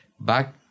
back